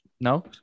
No